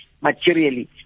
materially